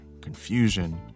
confusion